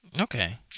okay